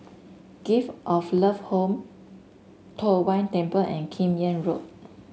Gift of Love Home Tong Whye Temple and Kim Yam Road